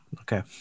Okay